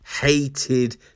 Hated